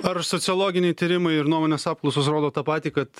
ar sociologiniai tyrimai ir nuomonės apklausos rodo tą patį kad